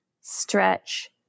stretch